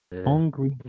Hungry